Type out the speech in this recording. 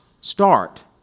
start